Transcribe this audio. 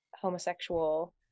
homosexual